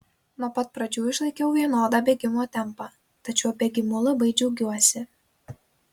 nuo pat pradžių išlaikiau vienodą bėgimo tempą tad šiuo bėgimu labai džiaugiuosi